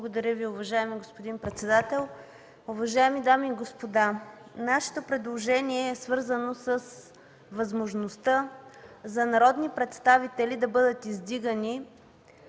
Благодаря Ви. Уважаеми господин председател, уважаеми дами и господа! Нашето предложение е свързано с възможността за народни представители да бъдат издигани